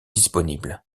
disponible